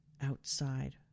outside